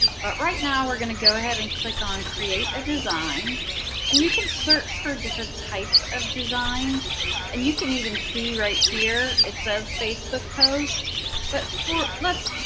but right now we're going to go ahead and click on create a design and you can search for different types of designs and you can even see right here it says facebook post but let's,